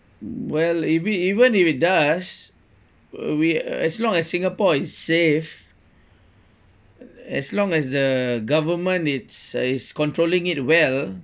well eve~ even if it does we as long as singapore is safe as long as the government is is controlling it well